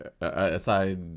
aside